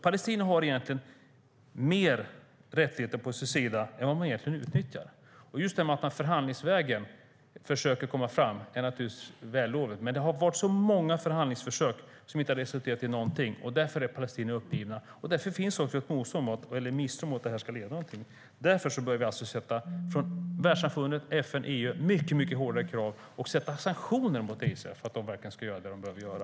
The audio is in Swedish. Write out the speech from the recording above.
Palestinierna har egentligen mer rättigheter på sin sida än vad de utnyttjar. Det är naturligtvis vällovligt att man försöker komma fram förhandlingsvägen, men det har varit så många förhandlingsförsök som inte har resulterat i någonting. Palestinierna är därför uppgivna, och det finns en misstro mot vad det ska leda till. Världssamfundet, EU och FN bör därför ställa mycket hårdare krav och införa sanktioner mot Israel så att de verkligen gör det de behöver göra.